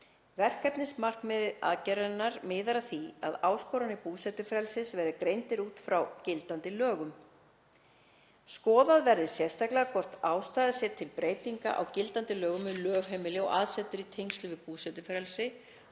Verkefnismarkmið aðgerðarinnar miðar að því að áskoranir búsetufrelsis verði greindar út frá gildandi lögum. Skoðað verði sérstaklega hvort ástæða sé til breytinga á gildandi lögum um lögheimili og aðsetur í tengslum við búsetufrelsi